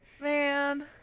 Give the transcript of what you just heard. man